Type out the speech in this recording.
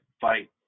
fight